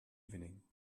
evening